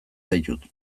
zaitut